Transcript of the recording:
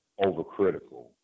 overcritical